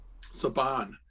Saban